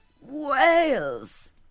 Wales